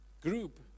group